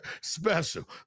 special